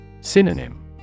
Synonym